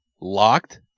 locked